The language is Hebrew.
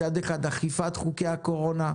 מצד אחד אכיפת חוקי הקורונה,